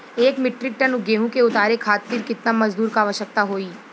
एक metric ton गेहूँ के उतारे खातीर कितना मजदूर क आवश्यकता होई?